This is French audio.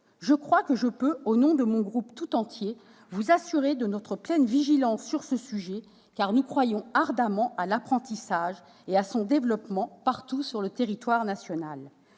les contours. Je peux, au nom de mon groupe tout entier, vous assurer de notre pleine vigilance sur ce sujet. En effet, nous croyons ardemment à l'apprentissage et à la nécessité de son développement partout sur le territoire national.